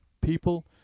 People